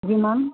जी ma'am